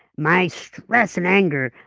my stress in anger,